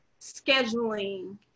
scheduling